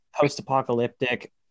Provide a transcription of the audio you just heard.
post-apocalyptic